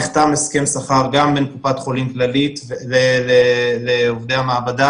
נחתם הסכם שכר גם עם קופת חולים כללית לעובדי המעבדה